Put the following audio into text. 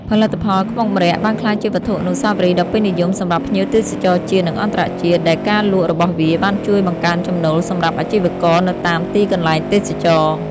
ផលិតផលខ្មុកម្រ័ក្សណ៍បានក្លាយជាវត្ថុអនុស្សាវរីយ៍ដ៏ពេញនិយមសម្រាប់ភ្ញៀវទេសចរណ៍ជាតិ និងអន្តរជាតិ ដែលការលក់របស់វាបានជួយបង្កើនចំណូលសម្រាប់អាជីវករនៅតាមទីកន្លែងទេសចរណ៍។